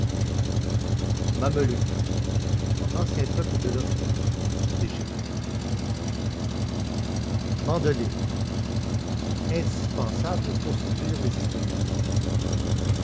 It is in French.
mameluks ancien peuple de l'orient egypte mandoline indispensable pour séduire les espagnoles